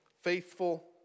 faithful